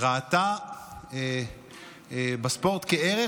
ראתה בספורט ערך,